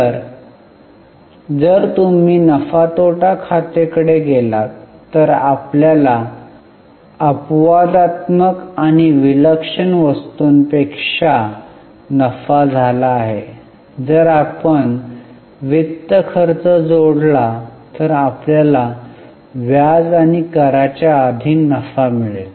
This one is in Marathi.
तर जर तुम्ही नफा तोटा खाते कडे गेलात तर आपल्याला अपवादात्मक आणि विलक्षण वस्तूंपेक्षा नफा झाला आहे जर आपण वित्त खर्च जोडला तर आपल्याला व्याज आणि कराच्या आधी नफा मिळेल